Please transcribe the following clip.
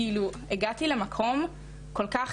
כאילו הגעת למקום כל כך